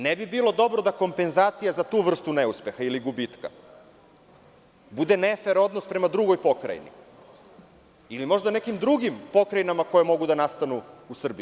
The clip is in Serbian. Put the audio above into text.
Ne bi bilo dobro da kompenzacija za tu vrstu neuspeha ili gubitka, bude nefer odnos prema drugoj pokrajini, ili možda nekim drugim pokrajinama koje mogu da nastanu u Srbiji.